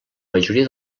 majoria